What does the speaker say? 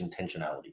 intentionality